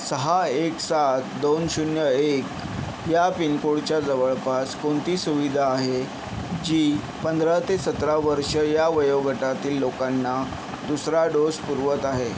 सहा एक सात दोन शून्य एक या पिनकोडच्या जवळपास कोणती सुविधा आहे जी पंधरा ते सतरा वर्ष या वयोगटातील लोकांना दुसरा डोस पुरवत आहे